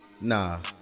nah